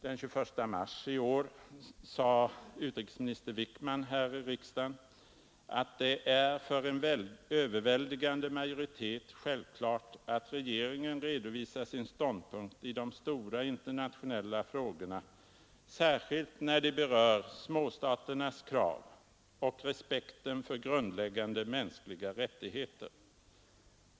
Den 21 mars i år sade utrikesminister Wickman här i riksdagen att det är för en överväldigande majoritet självklart att regeringen redovisar sin ståndpunkt i de stora internationella frågorna, särskilt när de berör småstaternas krav och respekten för grundläggande mänskliga rättigheter.